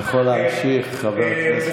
אתה יכול להמשיך, חבר הכנסת רוטמן.